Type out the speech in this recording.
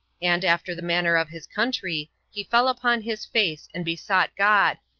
and, after the manner of his country, he fell upon his face, and besought god,